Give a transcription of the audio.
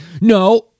no